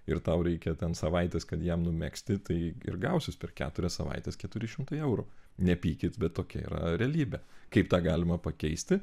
ir tau reikia ten savaitės kad jam numegzti tai ir gausis per keturias savaites keturi šimtai eurų nepykit bet tokia yra realybė kaip tą galima pakeisti